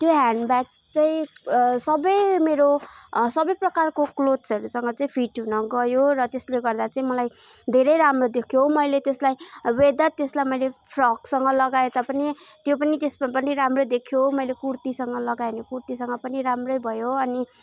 त्यो handbag चाहिँ सबै मेरो सबै प्रकारको क्लोत्सहरूसँग चाहिँ फिट हुन गयो र त्यसले गर्दा चाहिँ मलाई धेरै राम्रो देख्यो मैले त्यसलाई वेदर त्यसलाई मैले फ्रक्ससँग लगाएँ तापनि त्यो पनि त्यसमा पनि राम्रै देख्यो मैले कुर्तीसँग लगाएँ भने कुर्तीसँग पनि राम्रै भयो अनि